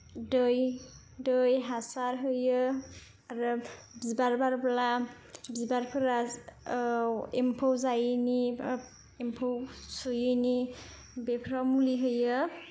दै दै हासार होयो आरो बिबार बारब्ला बिबारफोरा एम्फौ जायैनि बा एम्फौ सुयैनि बेफोराव मुलि होयो